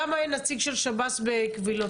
למה אין נציג של שב"ס בקבילות.